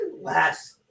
last